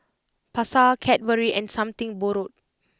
Pasar Cadbury and Something Borrowed